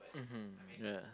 mmhmm ya